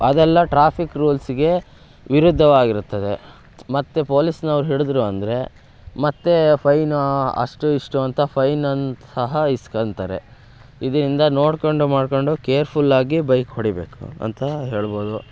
ಅದೆಲ್ಲ ಟ್ರಾಫಿಕ್ ರೂಲ್ಸಿಗೆ ವಿರುದ್ಧವಾಗಿರುತ್ತದೆ ಮತ್ತು ಪೊಲೀಸ್ನವ್ರು ಹಿಡಿದ್ರು ಅಂದರೆ ಮತ್ತೆ ಫೈನ್ ಅಷ್ಟು ಇಷ್ಟು ಅಂತ ಫೈನನ್ನು ಸಹ ಇಸ್ಕೊಂತಾರೆ ಇದರಿಂದ ನೋಡ್ಕೊಂಡು ಮಾಡ್ಕೊಂಡು ಕೇರ್ಫುಲ್ಲಾಗಿ ಬೈಕ್ ಹೊಡಿಬೇಕು ಅಂತ ಹೇಳ್ಬೋದು